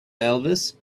elvis